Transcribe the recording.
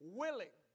willing